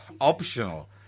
Optional